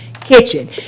kitchen